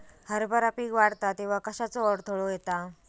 हरभरा पीक वाढता तेव्हा कश्याचो अडथलो येता?